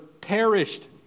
perished